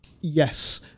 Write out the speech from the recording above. Yes